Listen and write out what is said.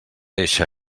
eixa